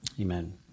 Amen